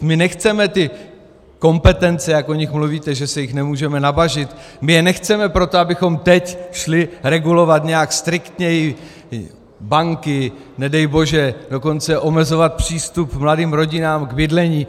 My nechceme ty kompetence, jak o nich mluvíte, že se jich nemůžeme nabažit, my je nechceme proto, abychom teď šli regulovat nějak striktněji banky, nedej bože dokonce omezovat přístup mladým rodinám k bydlení.